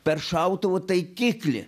per šautuvo taikiklį